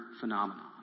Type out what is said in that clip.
phenomenon